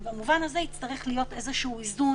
ובמובן הזה יצטרך להיות איזה איזון,